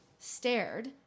stared